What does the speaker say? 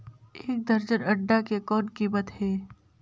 एक दर्जन अंडा के कौन कीमत हे?